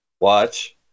Watch